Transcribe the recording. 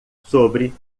sobre